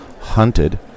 hunted